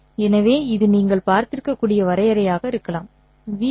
எனவே இது நீங்கள் பார்த்திருக்கக்கூடிய வரையறையாக இருக்கலாம் 'v